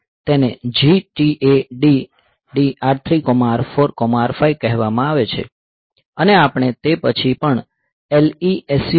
તેને GTADD R3 R4 R5 કહેવામાં આવે છે અને આપણે તે પછી પણ LESUB R3 R4 R5 મૂકીએ છીએ